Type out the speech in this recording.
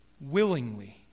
willingly